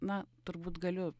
na turbūt galiu